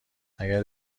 اگر